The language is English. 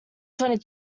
twenty